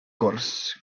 gwrs